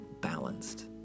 balanced